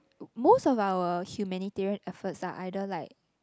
most of our humanitarian effort lah either like